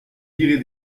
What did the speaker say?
direz